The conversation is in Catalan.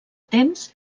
temps